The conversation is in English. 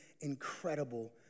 incredible